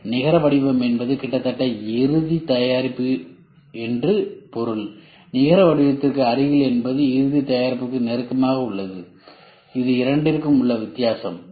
நிகர வடிவம் என்பது கிட்டத்தட்ட இறுதி தயாரிப்பு என்று பொருள் நிகர வடிவத்திற்கு அருகில் என்பது இறுதி தயாரிப்புக்கு நெருக்கமாக உள்ளது இதுவே இரண்டிற்கும் உள்ள வித்தியாசமாகும்